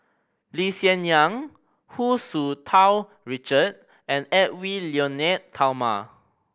Lee Hsien Yang Hu Tsu Tau Richard and Edwy Lyonet Talma